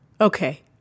Okay